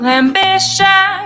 ambition